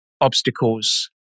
obstacles